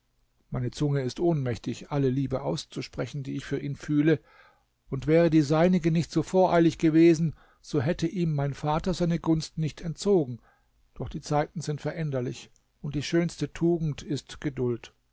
meine zunge ist ohnmächtig alle liebe auszusprechen die ich für ihn fühle und wäre die seinige nicht so voreilig gewesen so hätte ihm mein vater seine gunst nicht entzogen doch die zeiten sind veränderlich und die schönste tugend ist geduld